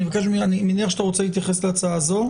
אני מניח שאתה רוצה להתייחס להצעה הזו?